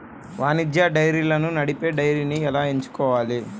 వాణిజ్య డైరీలను నడిపే డైరీని ఎలా ఎంచుకోవాలి?